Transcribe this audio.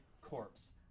corpse